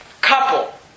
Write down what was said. couple